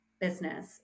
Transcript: business